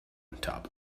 top